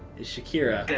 is shakira.